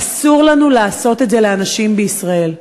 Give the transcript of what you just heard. אסור לנו לעשות את זה לאנשים בישראל.